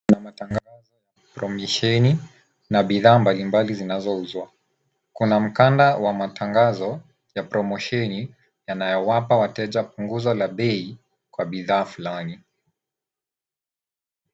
Kuna matangazo ya promosheni na bidhaa mbalimbali zinazouzwa. Kuna mkanda wa matangazo ya promosheni yanayowapa wateja punguzo la bei kwa bidhaa fulani.